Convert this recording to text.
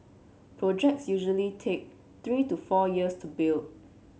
projects usually take three to four years to build